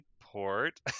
port